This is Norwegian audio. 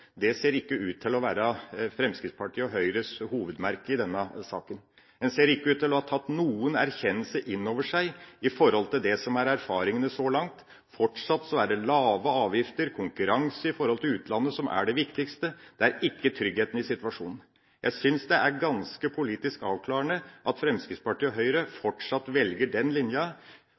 trygghet, ser ikke ut til å være Fremskrittspartiets og Høyres hovedanliggende i denne saken. En ser ikke ut til å ha tatt noen erkjennelse inn over seg når det gjelder erfaringene så langt. Fortsatt er det lave avgifter og konkurranseevne i forhold til utlandet som er det viktigste – ikke tryggheten i situasjonen. Jeg synes det er ganske politisk avklarende at Fremskrittspartiet og Høyre fortsatt velger den